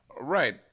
Right